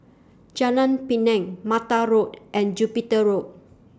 Jalan Pinang Mata Road and Jupiter Road